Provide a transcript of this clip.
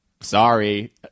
sorry